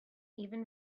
even